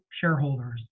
shareholders